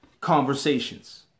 conversations